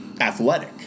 athletic